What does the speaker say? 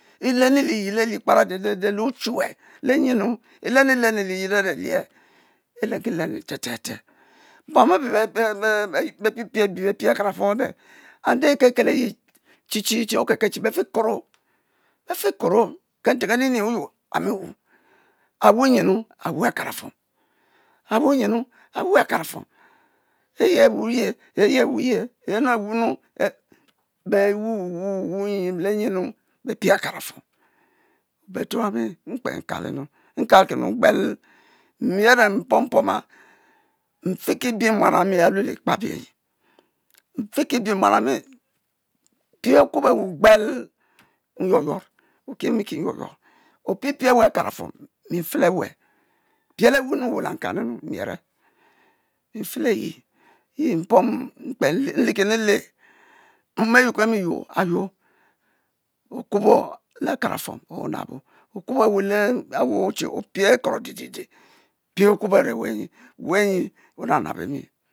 E' lemu liyel ali kpara de de de, le nyum, e'lenu lenu lyel are lieh e'lenki lenu leh teh teh bom abeh beh beh be piepie akarafuom abeh ande e'kekel eyi chi chi chi okekel che befi kuro behfi kuro kenten keninin oyuor ami wuh a wuh nyinu awah akarafuom awah nyinu awah akarafuom yeye awah ye yeye awah ye, yenu awah anle beh wah wuh wuh nyi lenyinu beh pie akarafuom obeteh owami mkpe n' kalinu nkakinu gbel mi are mpom pom ya mfiki biem muan ami alueh le bikpa abi anyi nfikibiem eee. muan ami, pieh okubo awu gbel nyuo yuorr okie miki nyuo-yuor opie pie awu akarafuom mi enfe la aweh, piel ewu nnu weh lenkan nnu, mi are mi nfe le yi ye mpom nlekenn le mom a'yuo kemi yuar okubo le akarafuom onabo are weh nyi weh nyi onabnab emi